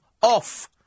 off